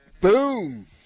Boom